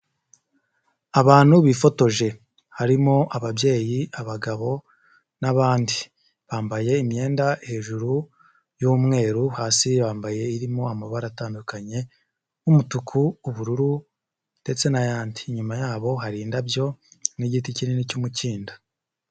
Abantu bifotoje harimo ababyeyi, abagabo n'abandi, bambaye imyenda hejuru y'umweru hasi bambaye irimo amabara atandukanye nk'umutuku, ubururu ndetse n'ayandi, inyuma yabo hari indabyo n'igiti kinini cy'umukindo.